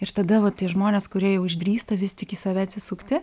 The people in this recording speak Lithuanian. ir tada va tie žmonės kurie jau išdrįsta vis tik į save atsisukti